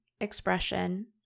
expression